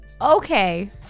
Okay